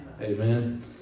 amen